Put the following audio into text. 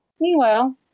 Meanwhile